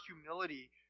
humility